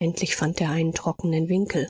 endlich fand er einen trockenen winkel